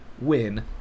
win